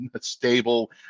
stable